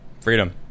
Freedom